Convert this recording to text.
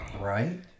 Right